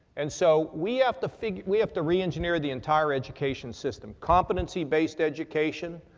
and so, we have to figure, we have to reengineer the entire education system. competency based education,